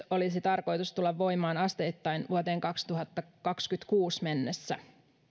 olisi tarkoitus tulla voimaan asteittain vuoteen kaksituhattakaksikymmentäkuusi mennessä